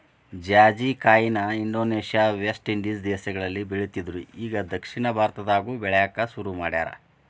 ಜಾಜಿಕಾಯಿನ Indonesia, West Indies ದೇಶಗಳಲ್ಲಿ ಬೆಳಿತ್ತಿದ್ರು ಇಗಾ ದಕ್ಷಿಣ ಭಾರತದಾಗು ಬೆಳ್ಯಾಕ ಸುರು ಮಾಡ್ಯಾರ